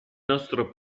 nostro